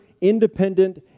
independent